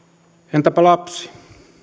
entäpä lapsi